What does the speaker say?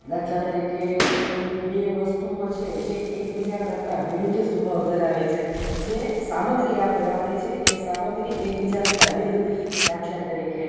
દાખલા તરીકે કોઈ બે વસ્તુઓ છે જે એકબીજા કરતાં વિરુદ્ધ સ્વભાવ ધરાવે છે જે સામગ્રી આપણે વાપરી છે એ સામગ્રી એકબીજા કરતાં વિરુદ્ધ દાખલા તરીકે